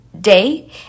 day